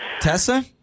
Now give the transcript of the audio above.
Tessa